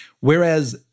Whereas